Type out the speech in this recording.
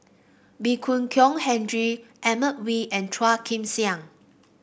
Ee Boon Kong Henry Edmund Wee and Phua Kin Siang